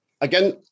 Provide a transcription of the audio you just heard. Again